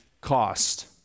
cost